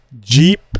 Jeep